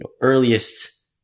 earliest